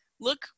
look